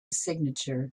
signature